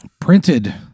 Printed